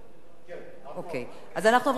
אנחנו עוברים לנושא הבא בסדר-היום,